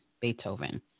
Beethoven